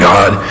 God